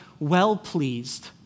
well-pleased